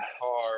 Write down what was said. car